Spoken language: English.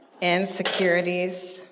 Insecurities